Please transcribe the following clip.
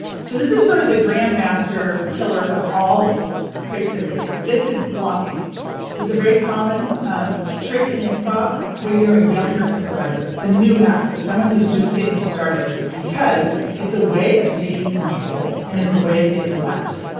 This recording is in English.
so this is sort of the grandmaster killer of all creativity. this is blocking. this is a very common trick in improv when you're younger improviser, a new actor, someone who's just getting started because it's a way of taking control, and it's a way of getting a laugh.